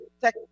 tech